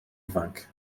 ifanc